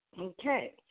Okay